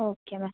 okay ma'am